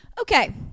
Okay